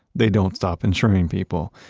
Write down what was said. they don't stop insuring people.